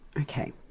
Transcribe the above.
Okay